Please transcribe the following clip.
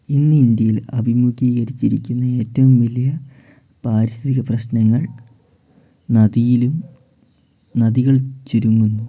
ഇന്ന് ഇന്ത്യയിൽ അഭിമുഖീകരിച്ചിരിക്കുന്ന ഏറ്റവും വലിയ പാരിസ്ഥിക പ്രശ്നങ്ങൾ നദിയിലും നദികൾ ചുരുങ്ങുന്നു